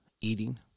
eating